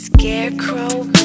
Scarecrow